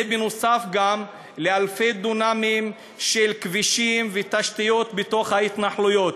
זה נוסף גם על אלפי דונמים של כבישים ותשתיות בתוך ההתנחלויות.